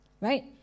right